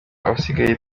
abasigaye